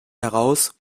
heraus